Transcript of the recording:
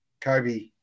Kobe